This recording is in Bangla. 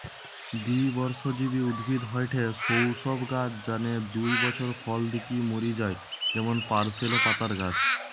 দ্বিবর্ষজীবী উদ্ভিদ হয়ঠে সৌ সব গাছ যানে দুই বছর ফল দিকি মরি যায় যেমন পার্সলে পাতার গাছ